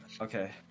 okay